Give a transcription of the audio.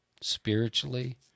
Spiritually